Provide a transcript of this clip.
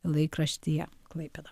laikraštyje klaipėda